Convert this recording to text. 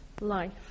life